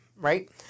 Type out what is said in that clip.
right